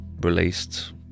released